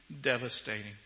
devastating